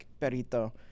Perito